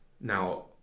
Now